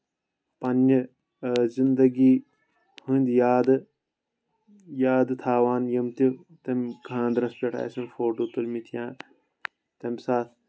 پَنٕنہِ زنٛدگی ہٕنٛدۍ یادٕ یادٕ تھاوان یِم تِم تمہِ خانٛدرس پٮ۪ٹھ آسَن فوٹو تُلۍمٕتۍ یا تَمہِ ساتہٕ